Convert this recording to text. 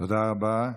תודה רבה.